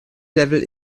level